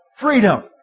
freedom